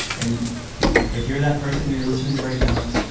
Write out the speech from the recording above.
and if you're that person, you're listening right now,